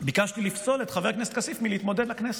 ביקשתי לפסול את חבר הכנסת כסיף מלהתמודד לכנסת,